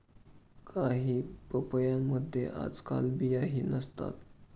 काही पपयांमध्ये आजकाल बियाही नसतात